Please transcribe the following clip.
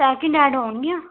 second hand ਹੋਣਗੀਆਂ